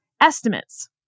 estimates